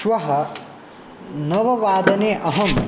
श्वः नववादने अहं